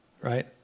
right